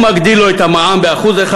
הוא מגדיל לו את המע"מ ב-1%,